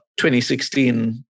2016